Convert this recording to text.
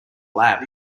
lab